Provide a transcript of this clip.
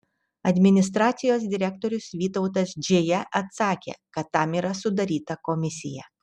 administracijos direktorius vytautas džėja atsakė kad tam yra sudaryta komisija